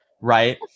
Right